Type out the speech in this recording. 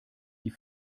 die